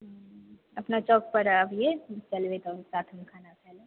हुँ अपना चौक पर आबिए चलबै तब साथमे खाना खाय लए